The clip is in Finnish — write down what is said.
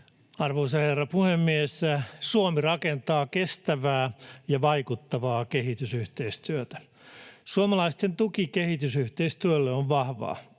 Arvoisa herra puhemies! Suomi rakentaa kestävää ja vaikuttavaa kehitysyhteistyötä. Suomalaisten tuki kehitysyhteistyölle on vahva.